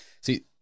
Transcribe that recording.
See